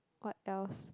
what else